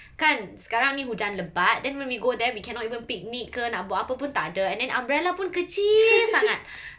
kan sekarang ni hujan lebat then we go there we cannot even picnic ke nak buat apa apa pun tak ada then umbrella pun kecil sangat